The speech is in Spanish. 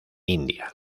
india